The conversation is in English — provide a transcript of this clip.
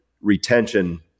retention